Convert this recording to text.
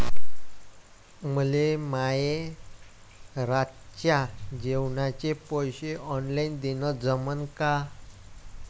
मले माये रातच्या जेवाचे पैसे ऑनलाईन देणं जमन का?